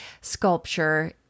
sculpture